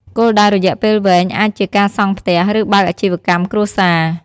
គោលដៅរយៈពេលវែងអាចជាការសង់ផ្ទះ ឬបើកអាជីវកម្មគ្រួសារ។